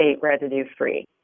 residue-free